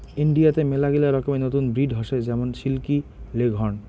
ইন্ডিয়াতে মেলাগিলা রকমের নতুন ব্রিড হসে যেমন সিল্কি, লেগহর্ন